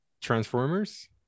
Transformers